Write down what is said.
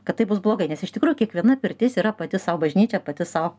kad tai bus blogai nes iš tikrųjų kiekviena pirtis yra pati sau bažnyčia pati sau